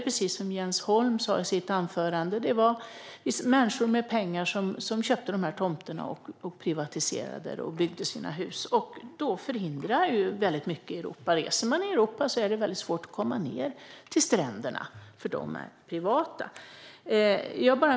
Precis som Jens Holm sa i sitt anförande köpte människor med pengar de här tomterna, privatiserade dem och byggde sina hus. Reser man i Europa märker man att det är svårt att komma ned till stränderna, för de är privata.